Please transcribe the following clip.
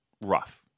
rough